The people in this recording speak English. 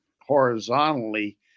horizontally